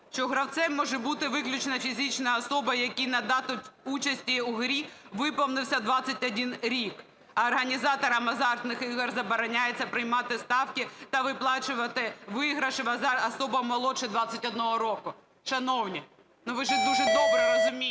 що гравцем може бути виключно фізична особа, якій на дату участі у грі виповнився 21 рік, а організаторам азартних ігор забороняється приймати ставки та виплачувати виграші особам молодше 21 року. Шановні, ну, ви ж дуже добре розумієте,